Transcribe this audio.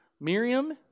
Miriam